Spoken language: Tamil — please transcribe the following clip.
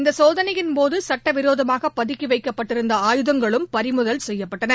இந்த சோதனையின்போது சுட்டவிரோதமாக பதுக்கி வைக்கப்பட்டிருந்த ஆயுதங்களும் பறிமுதல் செய்யப்பட்டன